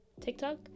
TikTok